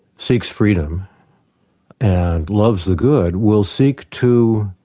seeks freedom and loves the good, will seek to